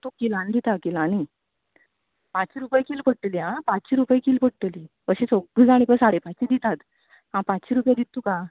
तुक किलांनी दिता किलांनी पांचशे रुपय कील पडटली आं पाचशे रुपय कील पडटली अशीं सगळीं जाण साडे पांचशीं रुपय दितात हांव पाचशीं रुपय दित तुका